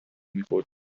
میخورد